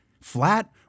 Flat